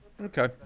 Okay